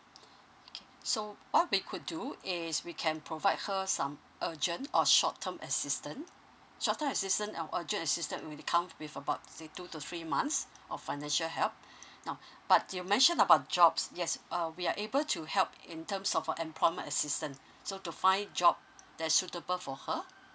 so what we could do is we can provide her some urgent or short term assistant short term assistant uh urgent assistant is when we count with about three two to three months of financial help now but you mention about jobs yes we are able to help in terms of employment assistant so to find job that's suitable for her